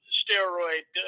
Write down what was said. steroid